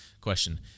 question